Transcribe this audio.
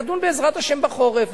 נדון בעזרת השם בחורף,